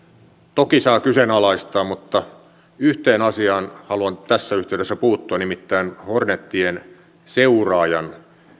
toki saa kyseenalaistaa mutta yhteen asiaan haluan tässä yhteydessä puuttua nimittäin hornetien seuraajan